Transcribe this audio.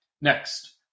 Next